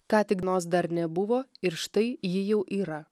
ką tik nos dar nebuvo ir štai ji jau yra